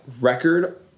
record